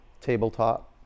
Tabletop